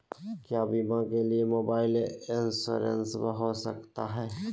क्या बीमा के लिए मोबाइल इंश्योरेंस हो सकता है?